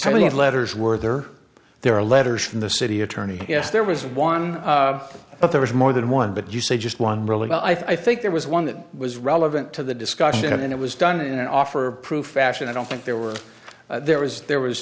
many letters were there are there are letters from the city attorney yes there was one but there was more than one but you say just one really i think there was one that was relevant to the discussion and it was done in an offer of proof fashion i don't think there were there was there as